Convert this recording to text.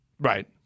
Right